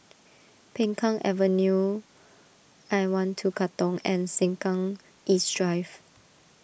Peng Kang Avenue I one two Katong and Sengkang East Drive